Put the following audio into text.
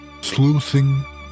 Sleuthing